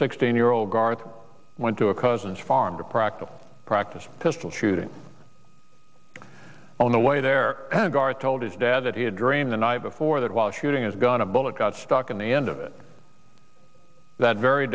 sixteen year old garth went to a cousin's farm to practice practice pistol shooting on the way their guard told his dad that he had dreamed the night before that while shooting is gone a bullet got stuck in the end of that very